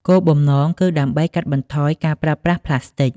គោលបំណងគឺដើម្បីកាត់បន្ថយការប្រើប្រាស់ប្លាស្ទិក។